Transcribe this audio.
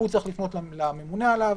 הוא צריך לפנות לממונה עליו,